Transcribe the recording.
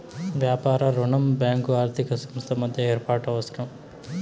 వ్యాపార రుణం బ్యాంకు ఆర్థిక సంస్థల మధ్య ఏర్పాటు అవసరం